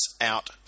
out